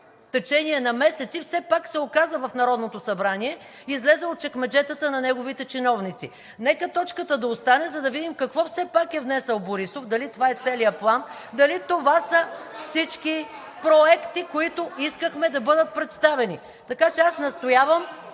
течение на месеци, все пак се оказа в Народното събрание, излезе от чекмеджетата на неговите чиновници. Нека точката да остане, за да видим какво все пак е внесъл Борисов – дали това е целият план, дали това са всички проекти, които искахме да бъдат представени? Така че аз настоявам